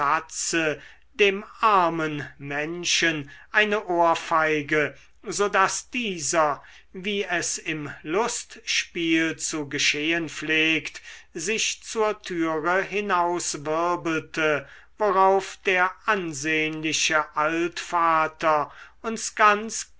dem armen menschen eine ohrfeige so daß dieser wie es im lustspiel zu geschehen pflegt sich zur türe hinaus wirbelte worauf der ansehnliche altvater uns ganz